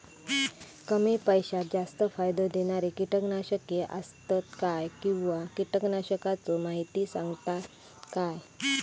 कमी पैशात जास्त फायदो दिणारी किटकनाशके आसत काय किंवा कीटकनाशकाचो माहिती सांगतात काय?